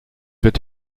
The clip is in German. wird